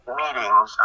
meetings